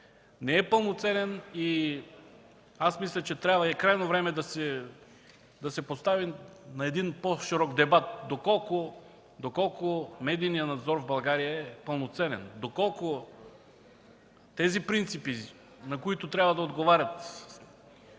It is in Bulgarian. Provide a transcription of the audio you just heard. не е пълноценен. Мисля, че е крайно време да се постави на един по-широк дебат доколко медийният надзор в България е пълноценен, дали тези принципи, на които трябва да отговарят